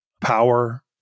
power